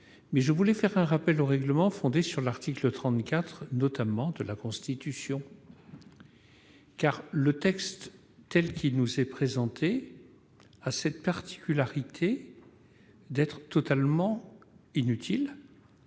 Mais je voulais faire un rappel au règlement fondé, notamment, sur l'article 34 de la Constitution. En effet, le texte tel qu'il nous est présenté a cette particularité d'être totalement inutile,